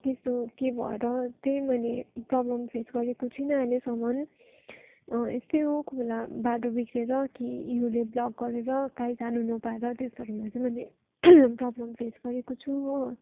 त्यस्तो के भएर चाहिँ मैले प्रोब्लम फेस गरेको छुइनँ अहिलेसम्म यस्तै हो कोही बेला बाटो बिग्रेर कि हिउँले ब्लक गरेर कहीँ जानु नपाएर त्यस्तोहरूमा चाहिँ मैले प्रोब्लम फेस गरेको छु हो